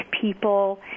people